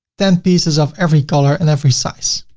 ten pieces of every color and every size.